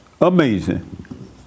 Amazing